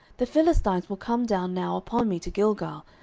the philistines will come down now upon me to gilgal,